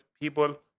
people